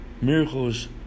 Miracles